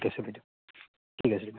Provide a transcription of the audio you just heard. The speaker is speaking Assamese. ঠিক আছে বাইদেউ ঠিক আছে দিয়ক